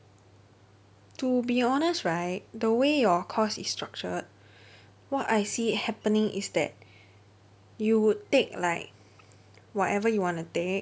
to be honest right the way your course is structured what I see happening is that you would take like whatever you want to take